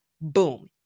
Boom